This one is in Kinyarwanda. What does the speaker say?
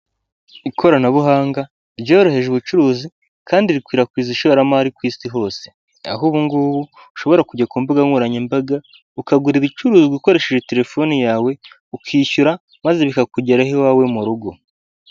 Ikoranabuhanga ryoroheje ubucuruzi kandi rikwirakwiza ishoramari ku isi hose, aho ubungubu ushobora kujya ku mbuga nkoranyambaga ukagura ibicuruzwa ukoresheje telefoni yawe ukishyura maze bikakugeraho iwawe mu rugo.